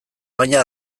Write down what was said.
baina